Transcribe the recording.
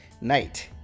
night